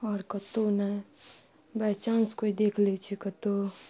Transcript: आओर कतौ नहि बाइचान्स कोइ देख लै छै कतौ